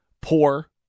poor